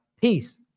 peace